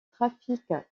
trafic